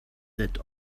that